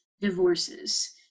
divorces